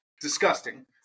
disgusting